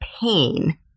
pain